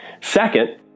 Second